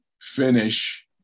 finish